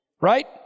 right